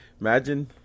imagine